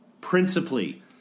Principally